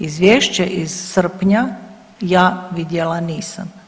Izvješće iz srpnja ja vidjela nisam.